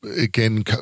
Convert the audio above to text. again